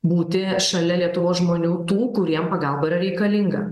būti šalia lietuvos žmonių tų kuriem pagalba yra reikalinga